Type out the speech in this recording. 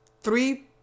Three